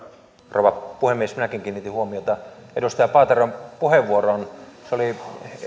rouva puhemies minäkin kiinnitin huomiota edustaja paateron puheenvuoroon se oli